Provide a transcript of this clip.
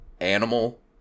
Animal